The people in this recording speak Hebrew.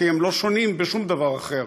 כי הם לא שונים בשום דבר אחר.